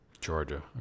Georgia